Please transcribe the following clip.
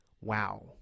Wow